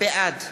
בעד